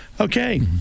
Okay